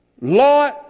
Lord